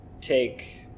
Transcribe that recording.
take